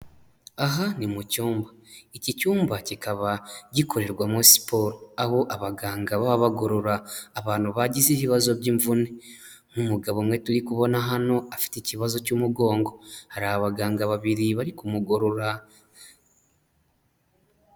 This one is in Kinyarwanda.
Aha ni mu cyumba, iki cyumba kikaba gikorerwamo siporo, aho abaganga baba bagorora abantu bagize ibibazo by'imvune, nk'umugabo umwe turi kubona hano afite ikibazo cy'umugongo, hari abaganga babiri bari kumugorora.